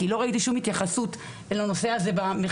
כי לא ראיתי שום התייחסות אל הנושא הזה במחקר,